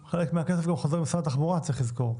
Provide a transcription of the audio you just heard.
מהכסף גם חוזר למשרד התחבורה, צריך לזכור.